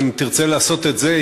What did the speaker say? אם תרצה לעשות את זה,